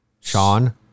Sean